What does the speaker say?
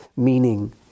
Meaning